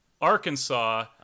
Arkansas